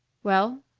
well?